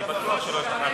אני בטוח שלא השתכנעתם,